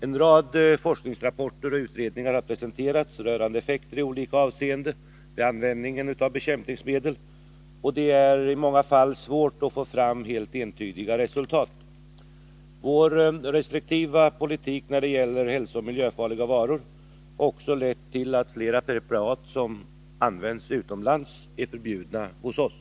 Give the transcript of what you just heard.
En rad forskningsrapporter och utredningar har presenterats rörande effekter i olika avseenden vid användningen av bekämpningsmedel. Det är dock i många fall svårt att få fram helt entydiga resultat. Vår restriktiva politik när det gäller hälsooch miljöfarliga varor har också lett till att flera preparat som används utomlands är förbjudna hos oss.